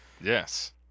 Yes